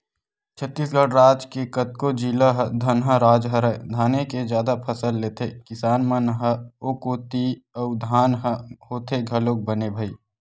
छत्तीसगढ़ राज के कतको जिला ह धनहा राज हरय धाने के जादा फसल लेथे किसान मन ह ओ कोती अउ धान ह होथे घलोक बने भई